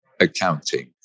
accounting